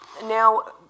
Now